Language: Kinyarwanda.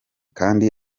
kandi